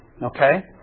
Okay